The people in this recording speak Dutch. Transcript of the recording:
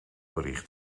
bericht